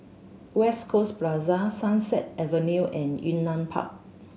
West Coast Plaza Sunset Avenue and Yunnan Park